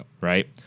right